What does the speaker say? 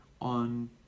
on